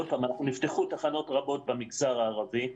שוב, נפתחו תחנות רבות במגזר הערבי,